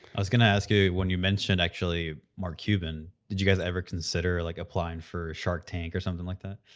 i was going to ask you, when you mentioned actually mark cuban, did you guys ever consider like applying for shark tank or something like that?